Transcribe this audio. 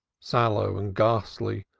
sallow and ghastly,